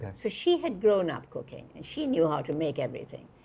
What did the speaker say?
so she had grown up cooking and she knew how to make everything.